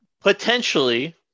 Potentially